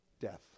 death